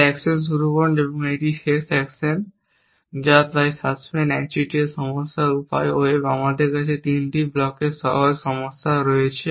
তাই অ্যাকশন শুরু করুন এবং এটি শেষ অ্যাকশন যা তাই সাসপেন্স একচেটিয়া সমস্যা উপায় ওয়েভ আমাদের কাছে 3টি ব্লকের সহজ সমস্যা রয়েছে